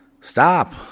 stop